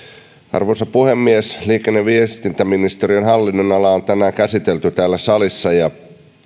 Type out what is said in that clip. arvoisa puhemies liikenne ja viestintäministeriön hallinnonalaa on tänään käsitelty täällä salissa ja